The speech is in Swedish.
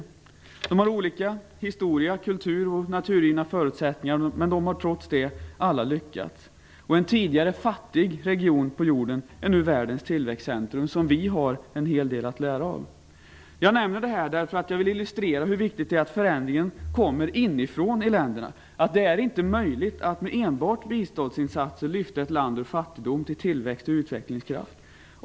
Dessa länder har olika historia, olika kultur och olika naturgivna förutsättningar, men trots det har de alla lyckats. En tidigare fattig region på jorden är nu världens tillväxtcentrum, som vi har en hel del att lära av. Jag nämner detta därför att jag vill illustrera hur viktigt det är att förändringen kommer inifrån länderna. Det är inte möjligt att med enbart biståndsinsatser lyfta ett land ur fattigdom till tillväxt och utveckling.